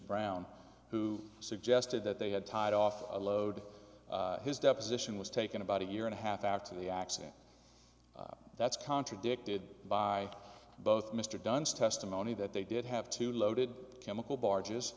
brown who suggested that they had tied off a load his deposition was taken about a year and a half after the accident that's contradicted by both mr dunn's testimony that they did have to loaded chemical barges